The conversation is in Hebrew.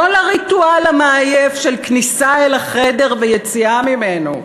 לא לריטואל המעייף של כניסה אל החדר ויציאה ממנו.